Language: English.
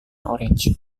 orange